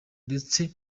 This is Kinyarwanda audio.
ndetse